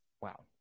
wow